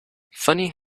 funny